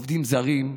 עובדים זרים,